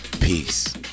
Peace